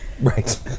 Right